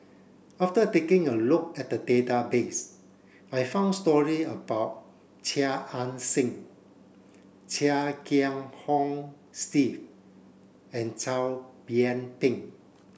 after taking a look at the database I found stories about Chia Ann Siang Chia Kiah Hong Steve and Chow Yian Ping